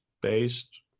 based